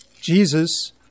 Jesus